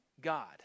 God